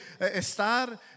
estar